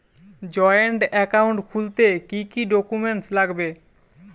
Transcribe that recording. Joint account খুলতে কি কি ডকুমেন্টস লাগবে?